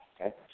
okay